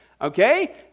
Okay